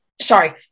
Sorry